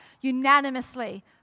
Unanimously